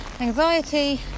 anxiety